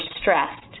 stressed